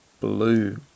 blue